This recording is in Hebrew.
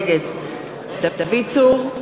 נגד דוד צור,